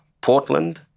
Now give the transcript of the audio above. Portland